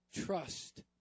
trust